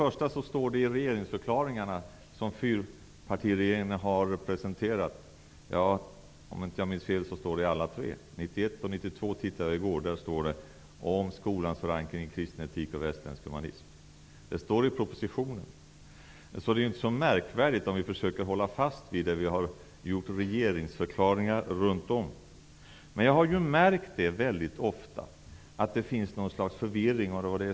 Det står i de regeringsförklaringar som fyrpartiregeringen har presenterat -- om jag inte minns fel i alla tre regeringsförklaringar -- om skolans förankring i kristen etik och västerländsk humanismen. Det står också i propositionen. Det är inte så märkvärdigt om vi försöker hålla fast vid det som vi har gjort regeringsförklaringar runt om. Jag har märkt väldigt ofta att det finns något slags förvirring.